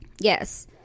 Yes